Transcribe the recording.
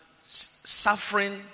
suffering